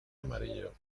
amarillo